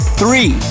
three